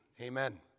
Amen